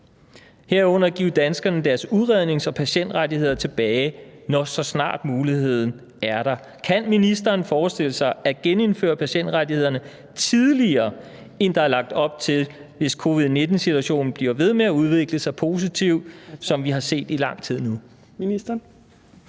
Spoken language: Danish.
herunder give danskerne deres udrednings- og patientrettigheder tilbage, så snart muligheden er der. Kan ministeren forestille sig at genindføre patientrettighederne tidligere, end der er lagt op til, hvis covid-19-situationen blive ved med at udvikle sig så positivt, som vi har set i lang tid? Kl.